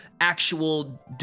actual